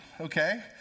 okay